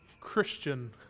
Christian